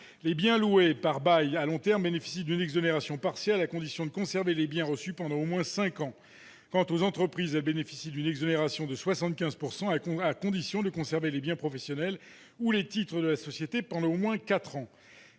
Les biens loués par bail à long terme bénéficient d'une exonération partielle à condition de conserver les biens reçus pendant au moins cinq ans. Quant aux entreprises, elles bénéficient d'une exonération de 75 % à condition de conserver les biens professionnels ou les titres de la société pendant au moins quatre